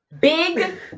big